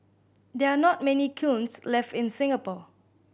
there are not many kilns left in Singapore